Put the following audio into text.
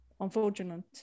unfortunate